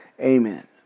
amen